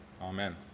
Amen